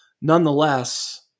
nonetheless